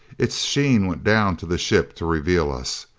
its sheen went down to the ship to reveal us.